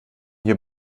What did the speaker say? hier